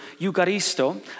eucharisto